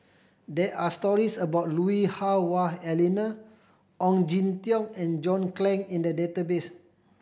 there are stories about Lui Hah Wah Elena Ong Jin Teong and John Clang in the database